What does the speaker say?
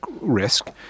risk